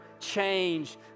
change